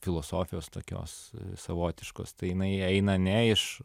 filosofijos tokios savotiškos tai jinai eina ne iš